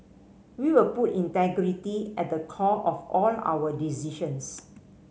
we will put integrity at the core of all our decisions